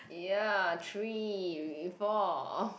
ya three four